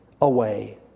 away